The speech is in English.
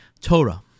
Torah